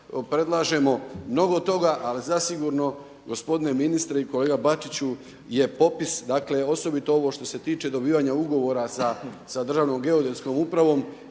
predlažemo mnogo toga ali zasigurno gospodine ministre i kolega Bačiću je popis dakle osobito ovo što se tiče dobivanja ugovora sa Državnom geodetskom upravom